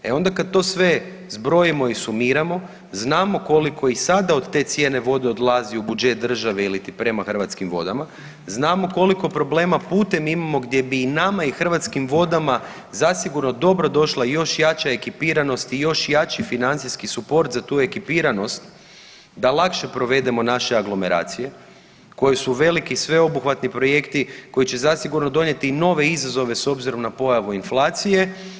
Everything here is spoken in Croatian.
E onda kad to sve zbrojimo i sumiramo znamo koliko i sada od te cijene vode i sada odlazi u budžet države iliti prema Hrvatskim vodama, znamo koliko problema putem imamo gdje bi i nama i Hrvatskim vodama zasigurno dobro došla još jača ekipiranost i još jači financijski suport za tu ekipiranost da lakše provedemo naše aglomeracije koje su veliki i sveobuhvatni projekti koji će zasigurno donijeti i nove izazove s obzirom na pojavu inflacije.